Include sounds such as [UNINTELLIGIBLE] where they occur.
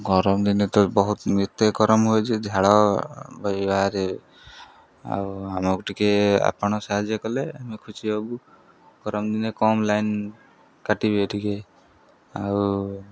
ଗରମ ଦିନେ ତ ବହୁତ ଏତେ ଗରମ ହୁଏ ଯେ ଝାଳ [UNINTELLIGIBLE] ବାହାରେ ଆଉ ଆମକୁ ଟିକେ ଆପଣ ସାହାଯ୍ୟ କଲେ ଆମେ ଖୁସି ହବୁ ଗରମ ଦିନେ କମ୍ ଲାଇନ୍ କାଟିବେ ଟିକେ ଆଉ